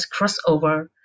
crossover